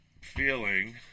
feeling